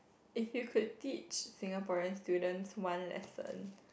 if you could teach Singaporean student one lesson